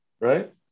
Right